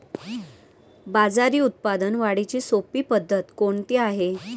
बाजरी उत्पादन वाढीची सोपी पद्धत कोणती आहे?